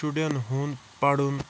شُریٚن ہُنٛد پَرن